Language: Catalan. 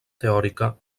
teòrica